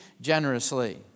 generously